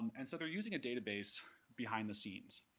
and so they're using a database behind the scenes.